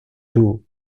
two